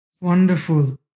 Wonderful